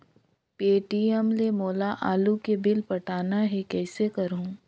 Paytm ले मोला आलू के बिल पटाना हे, कइसे करहुँ?